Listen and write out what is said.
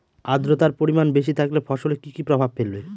আদ্রর্তার পরিমান বেশি থাকলে ফসলে কি কি প্রভাব ফেলবে?